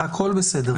הכול בסדר.